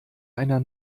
einer